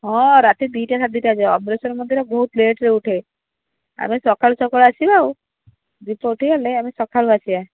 ହଁ ରାତି ଦୁଇଟା ସାଢ଼େ ଦୁଇଟା ହୋଇଯିବ ଅମରେଶ୍ୱର ମନ୍ଦିରରେ ବହୁତ ଲେଟ୍ରେ ଉଠେ ଆମେ ସକାଳୁ ସକାଳୁ ଆସିବା ଆଉ ଦୀପ ଉଠିଗଲେ ଆମେ ସକାଳୁ ଆସିବା